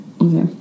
okay